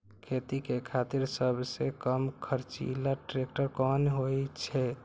खेती के खातिर सबसे कम खर्चीला ट्रेक्टर कोन होई छै?